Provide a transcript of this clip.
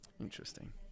Interesting